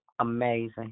amazing